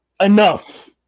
enough